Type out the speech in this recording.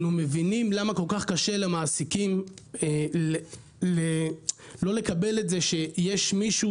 אנחנו מבינים למה כל כך קשה למעסיקים לא לקבל את זה שיש מישהו